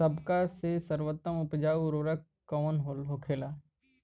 सबका ले सर्वोत्तम उपजाऊ उर्वरक कवन होखेला?